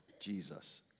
Jesus